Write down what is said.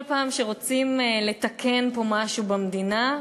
כל פעם שרוצים לתקן משהו במדינה,